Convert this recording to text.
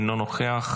אינו נוכח,